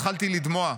התחלתי לדמוע.